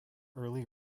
early